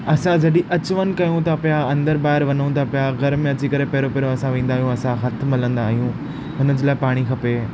असां जॾहिं अच वञ कयूं था पिया अंदरु ॿाहिरि वञूं था पिया घर में अची करे पहिरियों पहिरियों असां वेंदा आहियूं असां हथ मलंदा आहियूं हुन जे लाइ पाणी खपे